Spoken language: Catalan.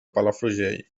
palafrugell